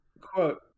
Quote